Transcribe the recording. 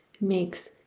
makes